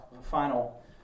final